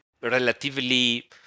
relatively